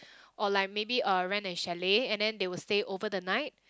or like maybe uh rent a chalet and then they will stay over the night